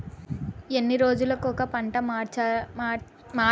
ఎన్ని రోజులు కొక పంట మార్చి సేయాలి ఎన్.పి.కె నిష్పత్తి ఎంత ఎలా ఉపయోగించాలి?